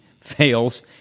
fails